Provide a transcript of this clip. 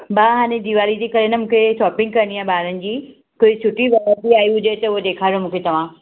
भाउ हाणे दीवाली जे करे न मूंखे शॉपिंग करणी आ ॿारनि जी कोई सुठी वैरायटी आई हुजे त उहा ॾेखारियो मूंखे तव्हां